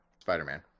Spider-Man